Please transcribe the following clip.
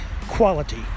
quality